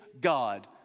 God